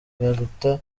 baruta